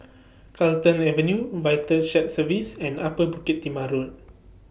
Carlton Avenue Vital Shared Services and Upper Bukit Timah Road